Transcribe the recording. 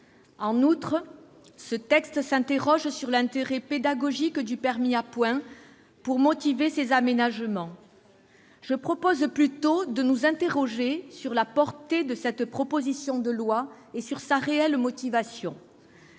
En outre, ceux-ci s'interrogent sur l'intérêt pédagogique du permis à points pour motiver ces aménagements. Je propose plutôt de nous interroger sur la portée de ce texte et sur sa réelle motivation.